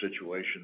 situation